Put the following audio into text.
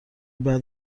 بعد